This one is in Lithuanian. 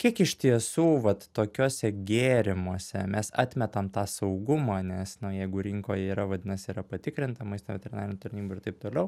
kiek iš tiesų vat tokiuose gėrimuose mes atmetam tą saugumą nes na jeigu rinkoje yra vadinasi yra patikrinta maisto veterinarinėj tarnyboj ir taip toliau